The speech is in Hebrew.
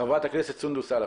חברת הכנסת סונדוס סאלח.